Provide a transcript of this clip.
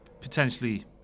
potentially